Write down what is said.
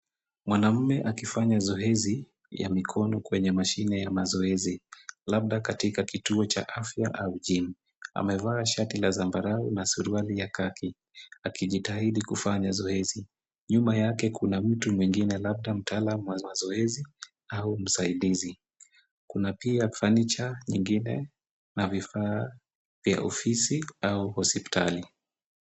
Mwanamume akifanya zoezi ya mikono kwenye mashine ya mazoezi labda katika kituo cha afya au gym . Amevaa shati la zambarau na suruali ya kaki akijitahidi kufanya zoezi. Nyuma yake kuna mtu mwingine labda mtaalamu wa mazoezi au msaidizi. Kuna pia furniture nyingine na vifaa vya ofisi au hospitali.